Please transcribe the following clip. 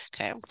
Okay